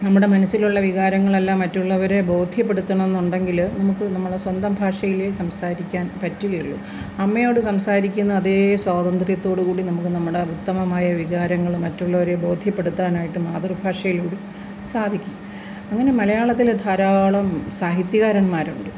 നമ്മുടെ മനസ്സിലുള്ള വികാരങ്ങളെല്ലാം മറ്റുള്ളവരെ ബോധ്യപ്പെടുത്തണമെന്നുണ്ടെങ്കില് നമുക്ക് നമ്മളെ സ്വന്തം ഭാഷയിലേ സംസാരിക്കാൻ പറ്റുകയുള്ളു അമ്മയോട് സംസാരിക്കുന്ന അതേ സ്വാതന്ത്ര്യത്തോടുകൂടി നമുക്ക് നമ്മുടെ ഉത്തമമായ വികാരങ്ങള് മറ്റുള്ളവരെ ബോധ്യപ്പെടുത്താനായിട്ട് മാതൃഭാഷയില്ക്കൂടി സാധിക്കും അങ്ങനെ മലയാളത്തില് ധാരാളം സാഹിത്യകാരന്മാരുണ്ട്